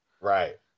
Right